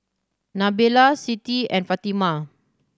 Nabila Siti and Fatimah